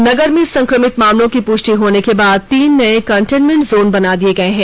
नगर में संक्रमित मामलों की पुष्टि होने के बाद तीन नए कंटेंटमेंट जोन बना दिए गए हैं